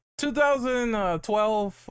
2012